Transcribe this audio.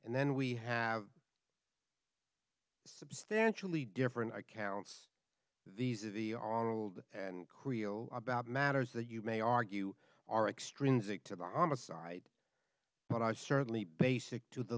and then we have substantially different accounts these are the all old creel about matters that you may argue are extrinsic to the homicide but i certainly basic to the